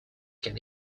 can